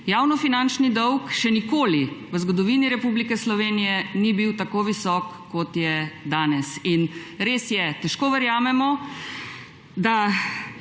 Javnofinančni dolg še nikoli v zgodovini Republike Slovenije ni bil tako visok, kot je danes. In res je, težko verjamemo, da